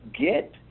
get